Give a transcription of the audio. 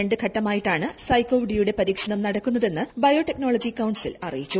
രണ്ട് ഘട്ടമായിട്ടാണ് സൈക്കോവ് ഡിയുടെ പരീക്ഷണം നടക്കുന്നതെന്ന് ബയോടെക്നോളജി കൌൺസിൽ അറിയിച്ചു